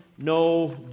No